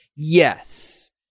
Yes